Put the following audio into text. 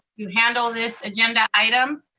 you handle this agenda item.